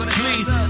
please